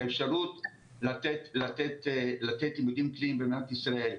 האפשרות לתת לימודים קליניים במדינת ישראל.